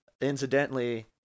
incidentally